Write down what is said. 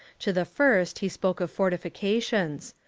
to the first he spoke of fortifications.